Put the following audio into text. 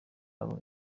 abo